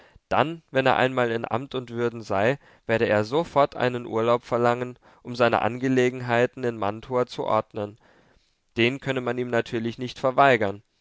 dann wenn er einmal in amt und würden sei werde er sofort einen urlaub verlangen um seine angelegenheiten in mantua zu ordnen den könne man ihm natürlich nicht verweigern